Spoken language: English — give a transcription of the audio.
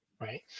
right